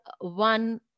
one